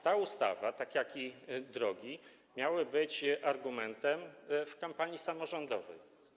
Ta ustawa, tak jak i drogi, miała być argumentem w kampanii samorządowej.